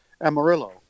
Amarillo